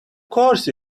course